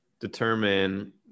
determine